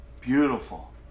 Beautiful